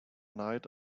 night